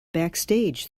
backstage